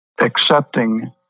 accepting